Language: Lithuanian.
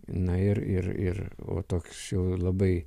na ir ir ir o toks labai